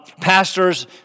pastors